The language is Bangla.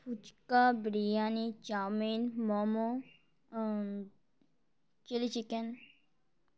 fuchka biryani chowmein momo chilli chicken